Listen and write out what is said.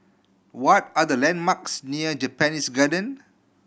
what are the landmarks near Japanese Garden